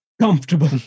comfortable